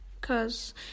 Cause